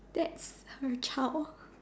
that's here child